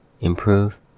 Improve